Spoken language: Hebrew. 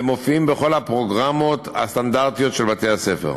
והם מופיעים בכל הפרוגרמות הסטנדרטיות של בתי-הספר.